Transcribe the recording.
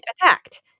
attacked